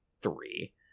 three